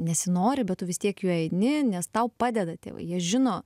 nesinori bet tu vis tiek juo eini nes tau padeda tėvai jie žino